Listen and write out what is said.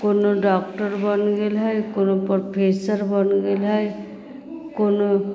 कोनो डॉक्टर बनि गेल हइ कोनो प्रोफेसर बनि गेल हइ कोनो